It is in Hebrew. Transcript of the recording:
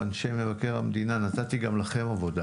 אנשי מבקר המדינה, נתתי גם לכם עבודה